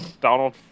Donald